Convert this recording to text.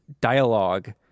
dialogue